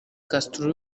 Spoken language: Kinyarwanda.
castro